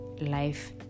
life